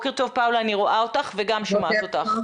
בוקר טוב פאולה, אני רואה אותך וגם שומעת אותך.